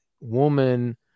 woman